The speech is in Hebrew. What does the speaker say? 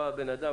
בא בן אדם,